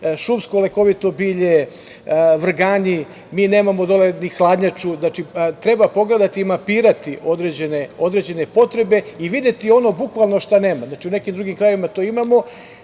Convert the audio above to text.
šumsko lekovito bilje, vrganji. Mi nemamo dole ni hladnjaču. Znači, treba pogledati i mapirati određene potrebe i videti ono šta nema. Znači, u nekim drugim krajevima to imamo,